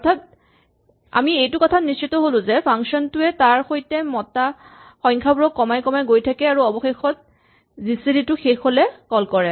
অৰ্থাৎ আমি এইটো কথাত নিশ্চিত হ'লো যে এই ফাংচন টোৱে তাৰ সৈতে মতা সংখ্যাবোৰক কমাই কমাই গৈ থাকে আৰু অৱশেষত জি চি ডি টো শেষ হ'লে কল কৰে